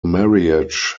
marriage